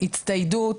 הצטיידות,